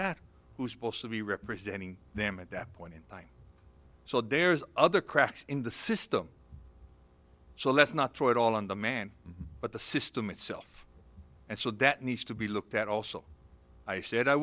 that who's supposed to be representing them at that point in time so there's other cracks in the system so let's not throw it all on the man but the system itself and so that needs to be looked at also i said i